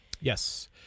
Yes